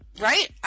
Right